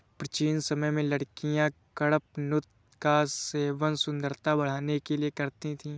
प्राचीन समय में लड़कियां कडपनुत का सेवन सुंदरता बढ़ाने के लिए करती थी